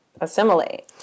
assimilate